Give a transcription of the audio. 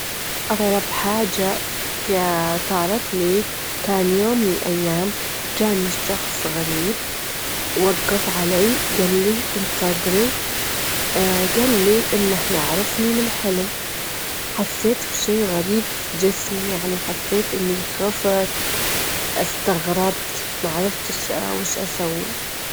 ممكن الألات تطور عشان تكون لكن ما أجدر ما راح أجدر ءأكد إذا هيكون عندهم مشاعر حقيقية متل الإنسان؛ لإن المشاعر مرتبطة بالعقل البشري، فما يجدرون.